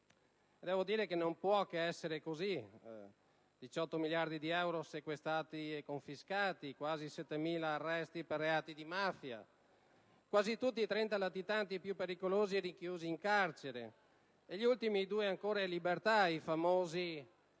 Devo dire che non può che essere così: 18 miliardi di euro sequestrati e confiscati, quasi 7.000 arresti per reati di mafia, quasi tutti i 30 latitanti più pericolosi rinchiusi in carcere (gli ultimi due ancora in libertà, i famosi